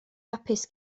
hapus